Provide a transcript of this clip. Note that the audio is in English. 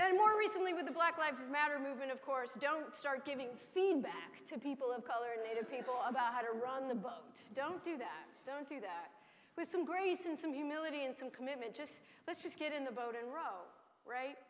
and more recently with the black live matter movement of course don't start giving feedback to people of color native people about how to run the boat don't do that don't do that with some grease and some humility and some commitment just let's just get in the boat and row right